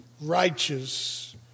Righteous